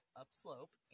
upslope